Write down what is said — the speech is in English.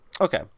Okay